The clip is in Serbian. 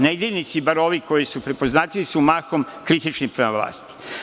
Nedeljnici, bar ovi koji su prepoznatljivi, su mahom kritični prema vlasti.